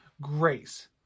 grace